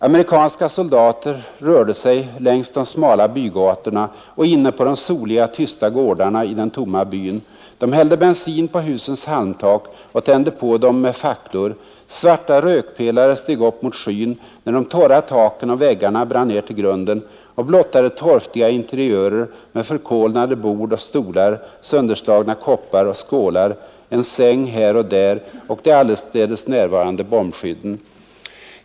Amerikanska soldater rörde sig längs de smala bygatorna och inne på de soliga, tysta gårdarna i den tomma byn. De hällde bensin på husens halmtak och tände på dem med facklor. Svarta rökpelare steg upp mot skyn när de torra taken och väggarna brann ner till grunden och blottade torftiga interiörer med förkolnade bord och stolar, sönderslagna koppar och skålar, en säng här och där, och de allestädes närvarande bombskydden.